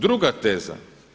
Druga teza.